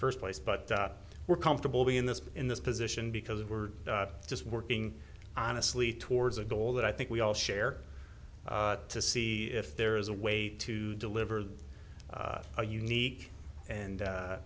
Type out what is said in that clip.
first place but we're comfortable be in this in this position because we're just working honestly towards a goal that i think we all share to see if there is a way to deliver a unique and